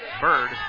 Bird